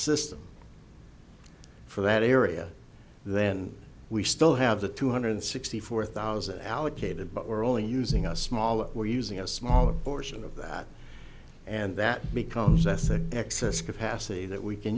system for that area then we still have the two hundred sixty four thousand allocated but we're only using a small if we're using a smaller portion of that and that becomes less an excess capacity that we can